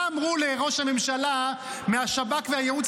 מה אמרו לראש הממשלה מהשב"כ והייעוץ